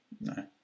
No